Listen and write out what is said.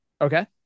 Okay